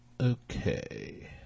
Okay